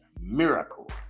miracle